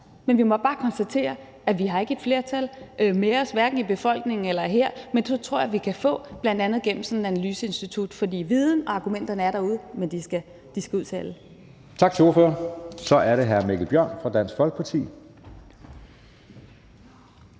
men vi må bare konstatere, at vi ikke har et flertal med os, hverken i befolkningen eller her, men det tror jeg vi kan få, bl.a. gennem sådan et analyseinstitut. For der er viden og argumenter derude, men de skal ud til alle. Kl. 11:01 Anden næstformand (Jeppe